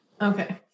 Okay